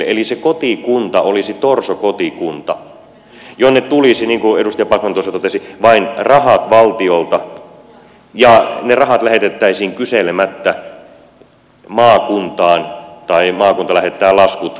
eli se kotikunta olisi torso kotikunta jonne tulisi niin kuin edustaja backman tuossa totesi vain rahat valtiolta ja ne rahat lähetettäisiin kyselemättä maakuntaan tai maakunta lähettää laskut